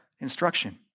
instruction